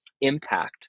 impact